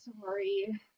sorry